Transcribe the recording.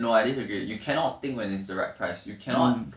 no I disagree you cannot think when is the right price you cannot